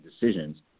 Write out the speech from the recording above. decisions